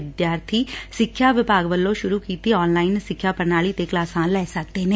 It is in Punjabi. ਵਿਦਿਆਰਥੀ ਸਿੱਖਿਆ ਵਿਭਾਗ ਵੱਲੋਂ ਸੁਰੂ ਕੀਤੀ ਆਨਲਾਈਨ ਸਿੱਖਿਆ ਪ੍ਰਣਾਲੀ ਤੇ ਕਲਾਸਾ ਲਾ ਸਕਦੇ ਨੇ